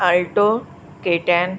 alto K ten